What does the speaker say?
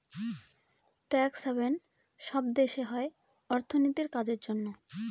tax haven সব দেশে হয় অর্থনীতির কাজের জন্য